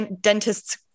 dentists